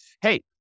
hey